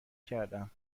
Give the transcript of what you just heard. کردم